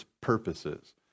purposes